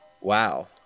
Wow